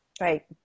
Right